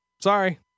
Sorry